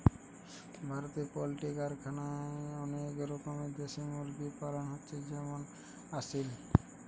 ভারতে পোল্ট্রি কারখানায় অনেক রকমের দেশি মুরগি পালন হচ্ছে যেমন আসিল